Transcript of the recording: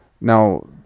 Now